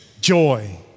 joy